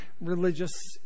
religious